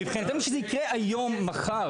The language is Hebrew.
--- מבחינתנו שזה יקרה היום או מחר